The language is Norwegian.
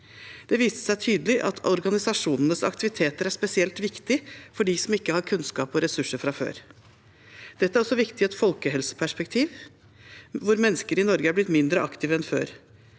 Det viste seg tydelig at organisasjonenes aktiviteter er spesielt viktig for dem som ikke har kunnskap og ressurser fra før. Dette er også viktig i et folkehelseperspektiv, siden mennesker i Norge er blitt mindre aktive enn før,